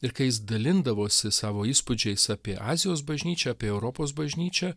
ir kai jis dalindavosi savo įspūdžiais apie azijos bažnyčią apie europos bažnyčią